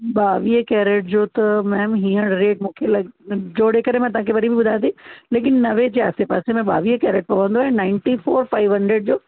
ॿावीह कैरेट जो त मेम हींअर रेट मूंखे लॻे जोड़े करे तव्हां खे वरी ॿुधायां थी लेकिन नवें जे आसे पासे में ॿावीह कैरेट पवंदो आहे ऐं नाइनटी फ़ोर फ़ाइव हंड्रेड जो